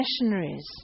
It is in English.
missionaries